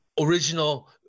original